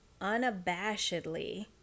unabashedly